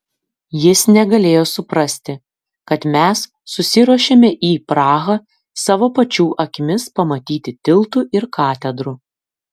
jis negalėjo suprasti kad mes susiruošėme į prahą savo pačių akimis pamatyti tiltų ir katedrų